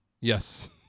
Yes